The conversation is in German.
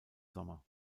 sommer